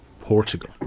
Portugal